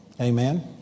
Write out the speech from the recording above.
Amen